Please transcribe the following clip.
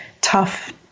tough